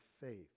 faith